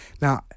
Now